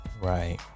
Right